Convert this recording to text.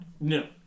No